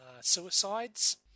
suicides